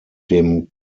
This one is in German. dem